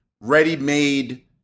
ready-made